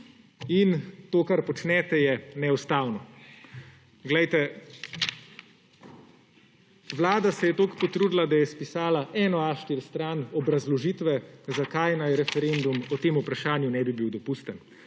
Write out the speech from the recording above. In to, kar počnete, je neustavno. Vlada se je toliko potrudila, da je spisala eno A4 stran obrazložitve, zakaj naj referendum o tem vprašanju ne bi bil dopusten.